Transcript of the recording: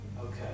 Okay